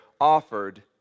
offered